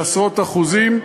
בעשרות אחוזים.